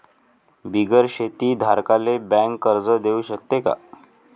बिगर शेती धारकाले बँक कर्ज देऊ शकते का?